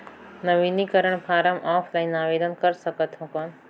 नवीनीकरण form offline आवेदन कर सकत हो कौन?